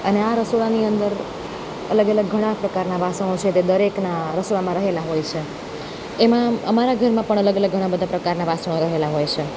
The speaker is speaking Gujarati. અને આ રસોડાની અંદર અલગ અલગ ઘણા પ્રકારના વાસણો છે જે દરેકના રસોડામાં રહેલા હોય છે એમાં અમારા ઘરમાં પણ અલગ અલગ ઘણા બધા પ્રકારના વાસણો રહેલા હોય છે